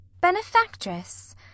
Benefactress